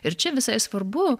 ir čia visai svarbu